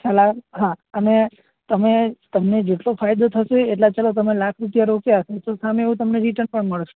ખ્યાલ આવ્યો હા અને તમે તમે તમને જેટલો ફાયદો થશે એટલા ચાલો તમે લાખ રૂપિયા રોક્યા હશે તો સામે એવું તમને રિટર્ન પણ મળશે